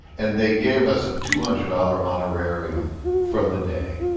and they gave us a two hundred dollars honorarium for the day.